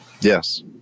Yes